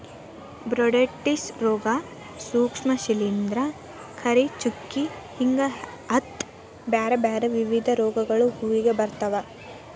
botrytis ರೋಗ, ಸೂಕ್ಷ್ಮ ಶಿಲಿಂದ್ರ, ಕರಿಚುಕ್ಕಿ ಹಿಂಗ ಹತ್ತ್ ಬ್ಯಾರ್ಬ್ಯಾರೇ ವಿಧದ ರೋಗಗಳು ಹೂವಿಗೆ ಬರ್ತಾವ